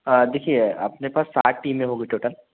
हाँ देखिए अपने पास सात टीमें हो गई टोटल